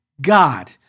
God